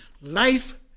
Life